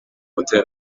hotel